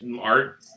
art